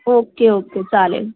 okay okay चालेल